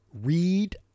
Read